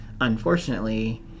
unfortunately